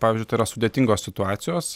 pavyzdžiui tai yra sudėtingos situacijos